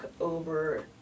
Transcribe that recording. over